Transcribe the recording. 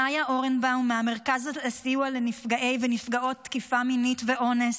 למאיה אוברבאום מהמרכז לסיוע לנפגעי ונפגעות תקיפה מינית ואונס,